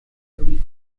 thirty